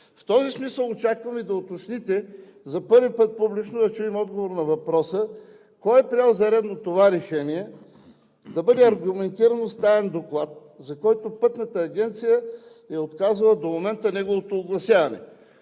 В този смисъл очакваме да уточните и за първи път публично да чуем отговор на въпроса: кой е приел за редно това решение да бъде аргументирано с таен доклад, за който Пътната агенция е отказала до момента неговото огласяване?